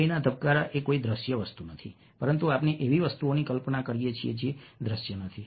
હૃદયના ધબકારા એ કોઈ દ્રશ્ય વસ્તુ નથી પરંતુ આપણે એવી વસ્તુઓની કલ્પના કરીએ છીએ જે દ્રશ્ય નથી